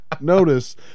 notice